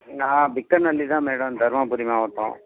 நான் பித்தநல்லி தான் மேடம் தர்மபுரி மாவட்டம்